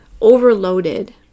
overloaded